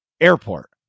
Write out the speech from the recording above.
airport